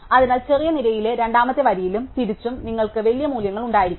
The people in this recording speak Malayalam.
അതിനാൽ ചെറിയ നിരയിലെ രണ്ടാമത്തെ വരിയിലും തിരിച്ചും നിങ്ങൾക്ക് വലിയ മൂല്യങ്ങൾ ഉണ്ടായിരിക്കാം